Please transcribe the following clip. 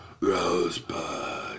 Rosebud